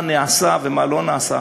מה נעשה ומה לא נעשה,